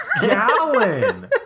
gallon